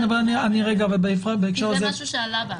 זה משהו שעלה.